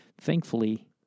Thankfully